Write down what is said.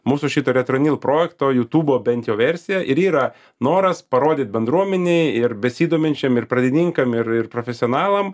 mūsų šito retronill projekto jutubo bent jau versija ir yra noras parodyt bendruomenei ir besidominčiam ir pradininkam ir ir profesionalam